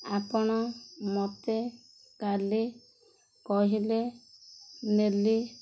ଆପଣ ମୋତେ କାଲି କହିଲେ ନେଲି